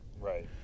Right